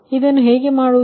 ಈಗ ಇದನ್ನು ಹೇಗೆ ಮಾಡುವುದು